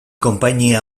konpainia